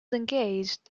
engaged